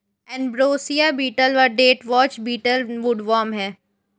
ambrosia beetle व deathwatch beetle woodworm हैं